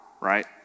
right